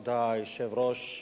כבוד היושב-ראש,